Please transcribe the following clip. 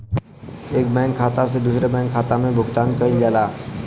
एक बैंक खाता से दूसरे बैंक खाता में भुगतान कइल जाला